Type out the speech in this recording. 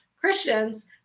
christians